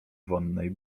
wonnej